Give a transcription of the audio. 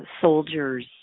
soldiers